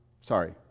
Sorry